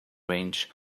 range